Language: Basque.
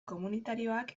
komunitarioak